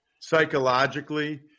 psychologically